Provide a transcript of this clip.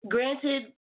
Granted